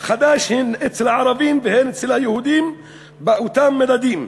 חדש הן אצל הערבים והן אצל היהודים באותם מדדים?